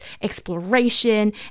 exploration